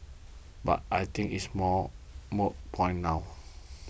but I think it's a more moot point now